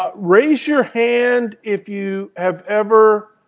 ah raise your hand if you have ever